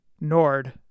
Nord